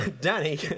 danny